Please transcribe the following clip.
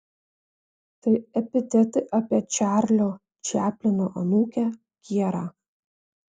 tai epitetai apie čarlio čaplino anūkę kierą